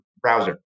browser